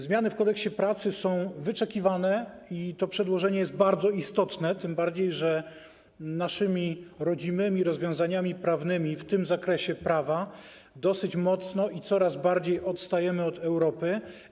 Zmiany w Kodeksie pracy są wyczekiwane i to przedłożenie jest bardzo istotne, tym bardziej że nasze rodzime rozwiązania prawne w tym zakresie prawa dosyć mocno i coraz bardziej odstają od Europy.